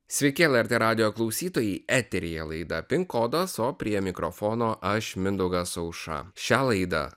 sveiki lrt radijo klausytojai eteryje laida pin kodas o prie mikrofono aš mindaugas aušra šią laidą